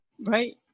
right